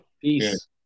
Peace